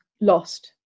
lost